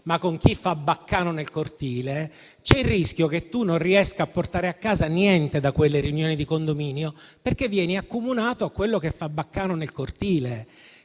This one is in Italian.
ma con chi fa baccano nel cortile, c'è il rischio che tu non riesca a portare a casa niente da quelle riunioni di condominio perché vieni accomunato a quello che fa baccano nel cortile.